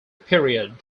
period